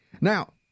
Now